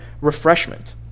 refreshment